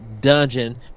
dungeon